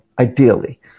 Ideally